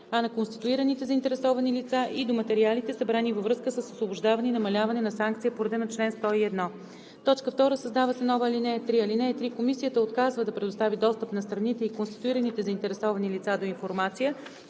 а на конституираните заинтересовани лица – и до материалите, събрани във връзка с освобождаване и намаляване на санкция по реда на чл. 101“. 2. Създава се нова ал. 3: „(3) Комисията отказва да предостави достъп на страните и конституираните заинтересовани лица до информация,